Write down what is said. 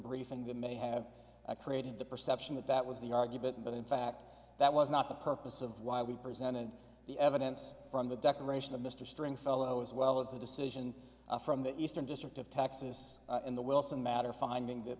briefing that may have created the perception that that was the argument but in fact that was not the purpose of why we presented the evidence from the declaration of mr stringfellow as well as a decision from the eastern district of texas in the wilson matter finding